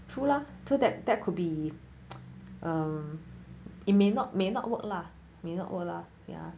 true lah so that that could be uh it may not may not work lah may not work lah ya